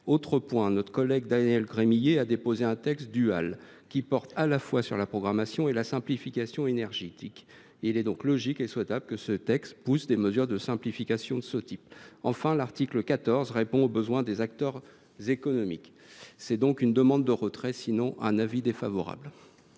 Autre point : notre collègue Daniel Gremillet a déposé un texte dual, qui porte à la fois sur la programmation et sur la simplification énergétiques. Il est donc logique et souhaitable que ce texte pousse des mesures de simplification de ce type. Enfin, l’article 14 répond aux besoins des acteurs économiques. Je demande donc le retrait de ces amendements